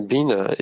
Bina